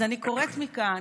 אז אני קוראת מכאן,